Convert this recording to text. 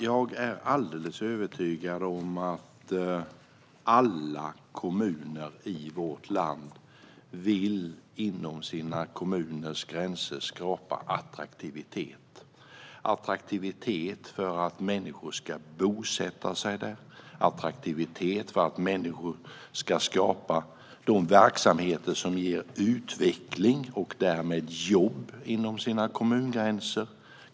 Jag är alldeles övertygad om att alla kommuner i vårt land inom sina kommungränser vill skapa attraktivitet - attraktivitet för att människor ska bosätta sig där och för att människor ska skapa verksamheter som ger utveckling och därmed jobb i kommunen.